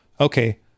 okay